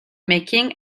making